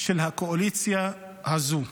של הקואליציה הזו.